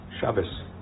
Shabbos